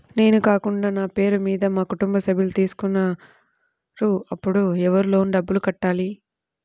నేను కాకుండా నా పేరు మీద మా కుటుంబ సభ్యులు తీసుకున్నారు అప్పుడు ఎవరు లోన్ డబ్బులు కట్టాలి?